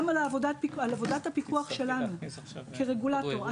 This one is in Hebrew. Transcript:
גם על עבודת הפיקוח שלנו, כרגולטור.